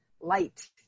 light